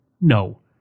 no